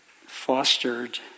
fostered